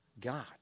God